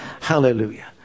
Hallelujah